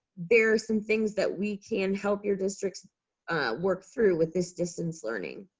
there are some things that we can help your districts work through with this distance learning.